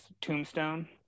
tombstone